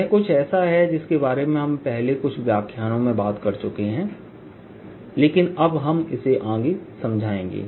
यह कुछ ऐसा है जिसके बारे में हम पहले कुछ व्याख्यानों में बात कर चुके हैं लेकिन अब हम इसे आगे समझाएंगे